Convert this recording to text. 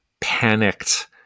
panicked